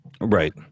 right